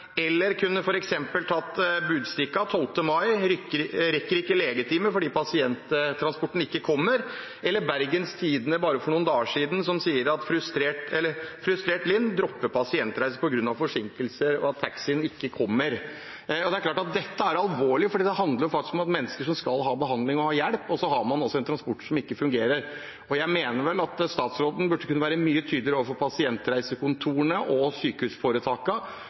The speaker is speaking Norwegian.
Eller jeg kunne f.eks. tatt et eksempel fra Budstikka 12. mai: «Rekker ikke legetimer fordi transport kommer sent». Eller i Bergens Tidende for bare noen dager siden om Linn, som er frustrert og dropper pasientreiser på grunn av forsinkelser og at taxien ikke kommer. Det er klart at dette er alvorlig, fordi det handler faktisk om mennesker som skal ha behandling og ha hjelp, og så har man altså en transport som ikke fungerer. Jeg mener vel at statsråden kunne være mye tydeligere overfor pasientreisekontorene og